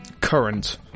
current